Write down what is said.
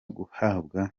guhabwa